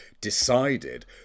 decided